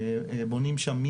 בונים שם,